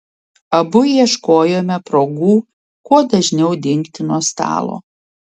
abu ieškojome progų kuo dažniau dingti nuo stalo